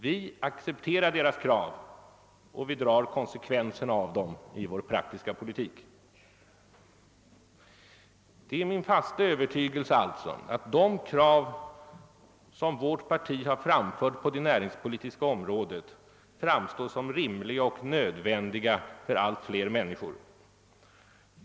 Vi accepterar deras krav, och vi drar konsekvenserna av dem i vår praktiska politik. Det är min fasta övertygelse att de krav som vårt parti har framfört på det näringspolitiska området framstår som rimliga och nödvändiga för allt fler människor.